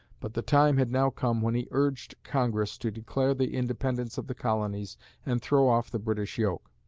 but the time had now come when he urged congress to declare the independence of the colonies and throw off the british yoke.